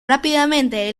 rápidamente